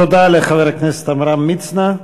תודה לחבר הכנסת עמרם מצנע.